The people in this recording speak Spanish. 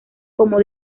como